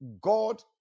God